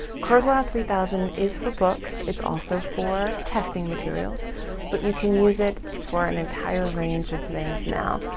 kurzweil three thousand is for books. it's also for testing materials but you can use it for an entire range of things now.